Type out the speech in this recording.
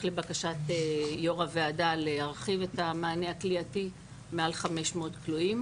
לבקשת יו"ר הוועדה להרחיב את המענה הכליאתי מעל 500 כלואים,